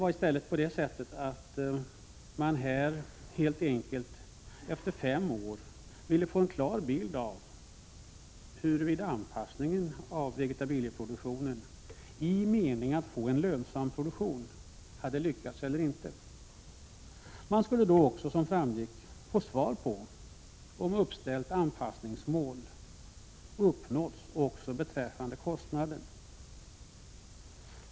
Man ville helt enkelt efter fem år få en klar bild av huruvida anpassningen av vegetabilieproduktionen, i meningen att få en lönsam produktion, hade lyckats eller ej. Då skulle man också få svar på ”om uppställda anpassningsmål uppnåtts också beträffande kostnadsansvaret”.